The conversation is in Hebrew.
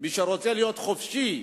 מי שרוצה להיות חופשי,